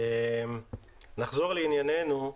נחזור לענייננו.